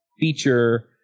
feature